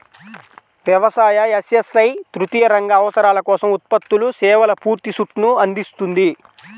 వ్యవసాయ, ఎస్.ఎస్.ఐ తృతీయ రంగ అవసరాల కోసం ఉత్పత్తులు, సేవల పూర్తి సూట్ను అందిస్తుంది